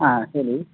ಹಾಂ ಹೇಳಿ